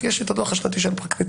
כי יש לי את הדו"ח השנתי של הפרקליטות.